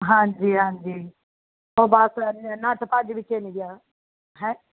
ਹਾਂਜੀ ਹਾਂਜੀ ਉਹ ਬਸ ਨੱਠ ਭੱਜ ਵਿੱਚ ਹੀ ਨਹੀਂ ਗਿਆ ਹੈਂ